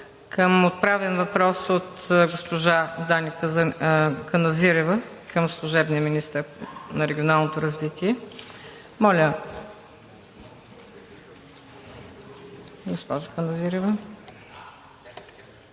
към отправен въпрос от госпожа Дани Каназирева към служебния министър на регионалното развитие. Моля, госпожо Каназирева.